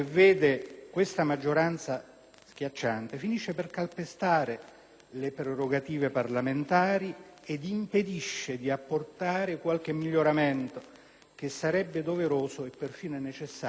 schiacciante, finisce per calpestare le prerogative parlamentari ed impedisce di apportare qualche miglioramento, che invece sarebbe doveroso e persino necessario a questo provvedimento anticrisi.